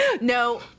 No